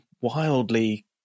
wildly